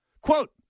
Quote